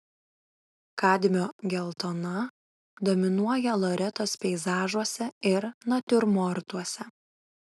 kadmio geltona dominuoja loretos peizažuose ir natiurmortuose